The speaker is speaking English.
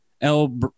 El